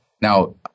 Now